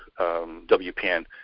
WPN